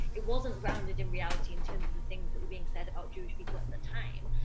it wasn't grounded in reality, in terms of the things that were being said about jewish people at that time,